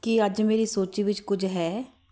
ਕੀ ਅੱਜ ਮੇਰੀ ਸੂਚੀ ਵਿੱਚ ਕੁਝ ਹੈ